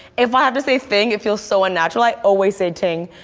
if i have to say thing, it feels so unnatural, i always say ting.